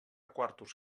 quartos